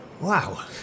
Wow